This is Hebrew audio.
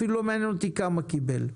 אפילו לא מעניין אותי כמה קיבל,